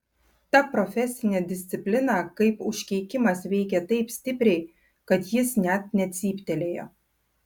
ta profesinė disciplina kaip užkeikimas veikė taip stipriai kad jis net necyptelėjo